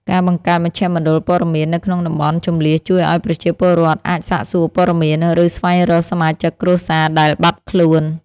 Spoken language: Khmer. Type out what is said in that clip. ការបង្កើតមជ្ឈមណ្ឌលព័ត៌មាននៅក្នុងតំបន់ជម្លៀសជួយឱ្យប្រជាពលរដ្ឋអាចសាកសួរព័ត៌មាន ឬស្វែងរកសមាជិកគ្រួសារដែលបាត់ខ្លួន។